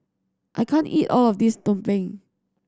I can't eat all of this Tumpeng